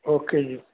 okay ਜੀ